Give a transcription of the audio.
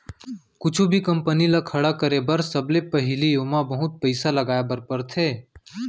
कुछु भी कंपनी ल खड़ा करे बर सबले पहिली ओमा बहुत पइसा लगाए बर परथे